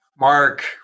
Mark